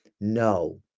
no